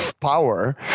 power